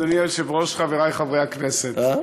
אדוני היושב-ראש, חברי חברי הכנסת,